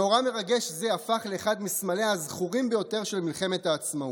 מאורע מרגש זה הפך לאחד מסמליה הזכורים ביותר של מלחמת העצמאות.